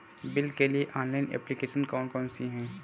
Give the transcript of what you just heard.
Bill के लिए online application कौन कौन सी हैं?